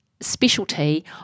specialty